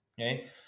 okay